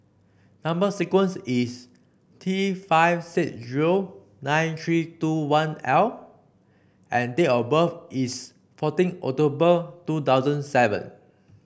number sequence is T five six zero nine three two one L and date of birth is fourteen October two thousand seven